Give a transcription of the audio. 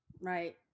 right